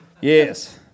Yes